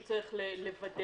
הוא צריך לוודא,